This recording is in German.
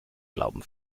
glauben